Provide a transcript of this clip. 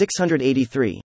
683